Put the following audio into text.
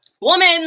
Woman